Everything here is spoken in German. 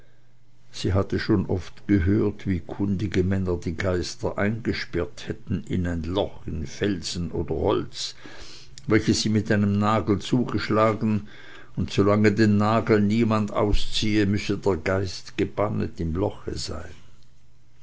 sie hatte schon oft gehört wie kundige männer geister eingesperrt hätten in ein loch in felsen oder holz welches sie mit einem nagel zugeschlagen und solange den nagel niemand ausziehe müsse der geist gebannt im loche sein